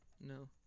No